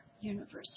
University